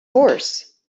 horse